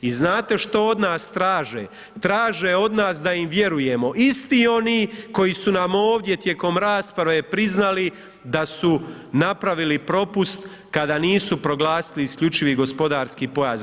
I znate što od nas traže, traže od nas da im vjerujemo isti oni koji su nam ovdje tijekom rasprave priznali da su napravili propust kada nisu proglasili isključivi gospodarski pojas.